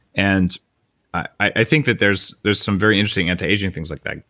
and i think that there's there's some very interesting anti-aging things like that.